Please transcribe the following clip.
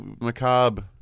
macabre